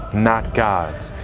not god's.